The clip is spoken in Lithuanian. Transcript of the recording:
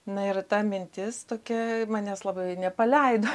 na ir ta mintis tokia manęs labai nepaleido